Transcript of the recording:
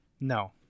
no